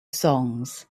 songs